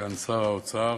סגן שר האוצר